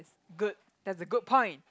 good that's a good point